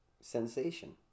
sensation